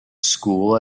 school